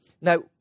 now